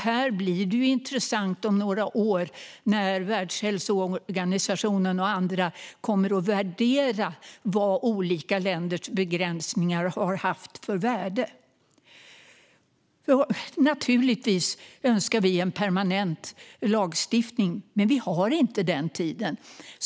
Här blir det intressant om några år när Världshälsoorganisationen och andra kommer att utvärdera vad olika länders begränsningar har haft för värde. Naturligtvis önskar vi en permanent lagstiftning, men vi har inte den tiden.